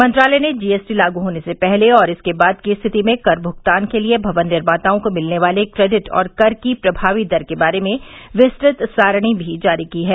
मंत्रालय ने जीएसटी लागू होने से पहले और इसके बाद की स्थिति में कर भुगतान के लिए भवन निर्माताओं को मिलने वाले क्रेडिट और कर की प्रमावी दर के बारे में किस्तत सारणी भी जारी की है